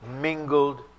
mingled